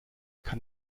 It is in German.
kann